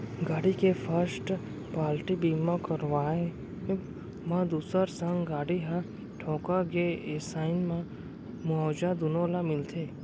गाड़ी के first party बीमा करवाब म दूसर संग गाड़ी ह ठोंका गे अइसन म मुवाजा दुनो ल मिलथे